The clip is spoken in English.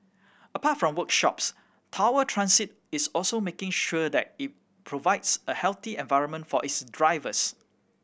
apart from workshops Tower Transit is also making sure that it provides a healthy environment for its drivers